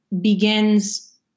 begins